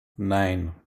nein